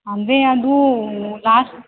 ಅಂದರೆ ಅದು ಲಾಸ್ಟ್